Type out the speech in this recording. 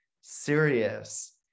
serious